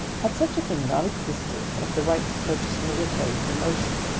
had such a thing not existed as the right to purchase military promotion,